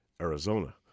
Arizona